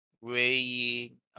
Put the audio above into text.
weighing